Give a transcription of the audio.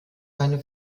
seine